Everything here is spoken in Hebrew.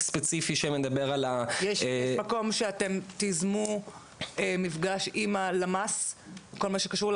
ספציפי שמדבר על- -- יש מקום שאתה תיזמו מפגש עם הלמ"ס בכל מה שקשור,